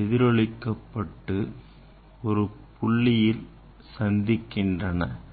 எதிரொலிக்க பட்டு ஒரு புள்ளியில் சந்திக்கின்றன